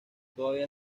todavía